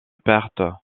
pertes